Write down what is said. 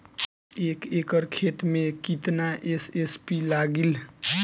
एक एकड़ खेत मे कितना एस.एस.पी लागिल?